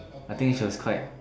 I think she was quite